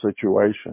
situation